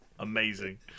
amazing